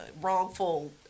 wrongful